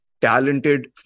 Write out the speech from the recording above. talented